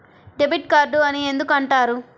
Debit card అని ఎందుకు అంటారు?